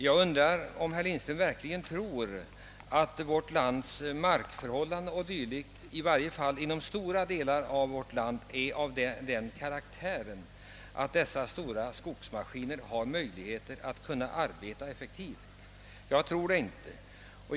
Jag undrar om herr Lindström verkligen tror att markförhållanden o. d. i varje fall i stora delar av vårt land har den strukturen att de kan arbeta effektivt dessa stora skogsmaskiner. Jag tror det inte.